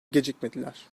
gecikmediler